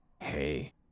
hey